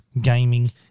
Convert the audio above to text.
gaming